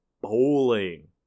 bowling